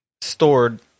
stored